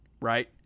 right